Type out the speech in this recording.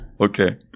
Okay